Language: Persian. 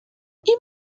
این